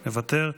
מוותר,